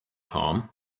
harm